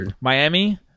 Miami